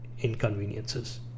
inconveniences